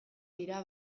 dira